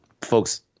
folks